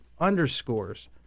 underscores